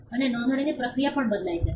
અને નોંધણીની પ્રક્રિયા પણ બદલાય છે